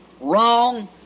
Wrong